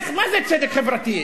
מה זה צדק חברתי?